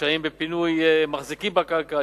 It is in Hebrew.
קשיים בפינוי מחזיקים בקרקע,